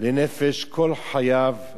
לנפש כל חייו,